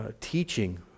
teaching